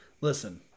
listen